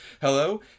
Hello